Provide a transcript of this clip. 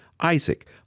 Isaac